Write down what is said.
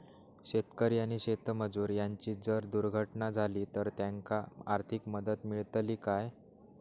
शेतकरी आणि शेतमजूर यांची जर दुर्घटना झाली तर त्यांका आर्थिक मदत मिळतली काय?